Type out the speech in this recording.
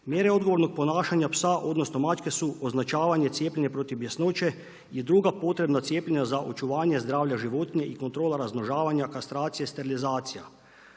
Mjere odgovornog ponašanja psa odnosno mačke su označavanje, cijepljenje protiv bjesnoće, i druga potrebna cijepljenja za očuvanje zdravlja životinje i kontrola razmnožavanja, kastracije, sterilizacija